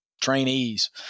trainees